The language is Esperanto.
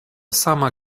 sama